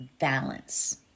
balance